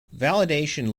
validation